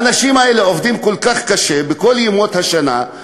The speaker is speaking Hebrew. האנשים האלה עובדים כל כך קשה בכל ימות השנה,